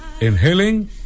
inhaling